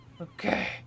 Okay